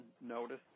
notice